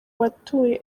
batuye